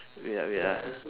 wait ah wait ah